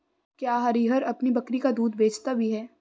क्या हरिहर अपनी बकरी का दूध बेचता भी है?